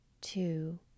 two